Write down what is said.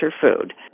food